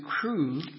crew